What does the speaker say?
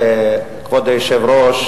אוצר בלום כי יש כאן פריסה ארצית,